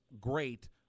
great